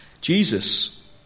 Jesus